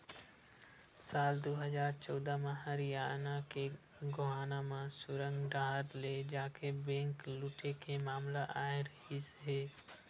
साल दू हजार चौदह म हरियाना के गोहाना म सुरंग डाहर ले जाके बेंक लूटे के मामला आए रिहिस हे